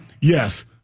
Yes